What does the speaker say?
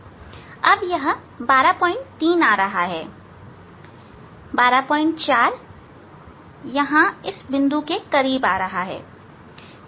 अब यह 123 आ रहा है 124 यहां इस बिंदु के करीब आ रहा है